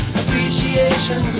appreciation